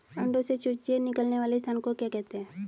अंडों से चूजे निकलने वाले स्थान को क्या कहते हैं?